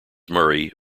murray